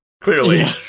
Clearly